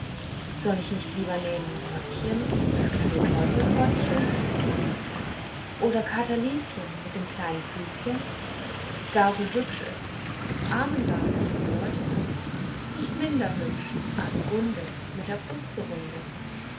soll ich nicht lieber nehmen lottchen das kleine teufelsbottchen oder katerlieschen mit dem kleinen füßchen gar so hübsch ist armengart die die leute narrt nicht minder hübsch adelgunde mit der brust so runde